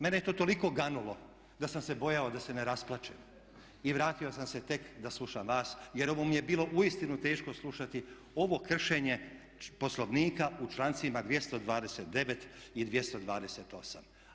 Mene je to toliko ganulo da sam se bojao da se ne rasplačem i vratio sam se tek da slušam vas jer ovo mi je bilo uistinu teško slušati, ovo kršenje Poslovnika u člancima 229. i 228.